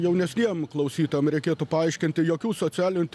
jaunesniem klausytojam reikėtų paaiškinti jokių socialinių